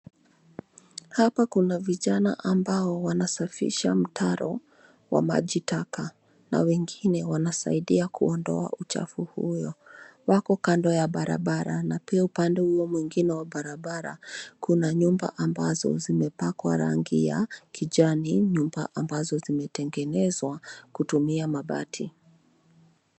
Hapa kuna vijana ambao wanasafisha mtaro wa maji taka na wengine wanasaidia kuondoa uchafu huo. Wako kando ya barabara na pia upande huo mwingine wa barabara kuna nyumba ambazo zimepakwa rangi ya kijani, nyumba ambazo zimetengenezwa kutumia mabati.